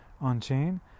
on-chain